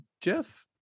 Jeff